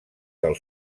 del